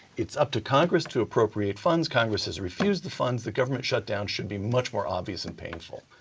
it's up to congress to appropriate funds, congress has refused the funds, the government shutdown should be much more obvious and painful.